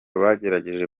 bagerageje